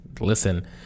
listen